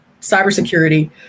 cybersecurity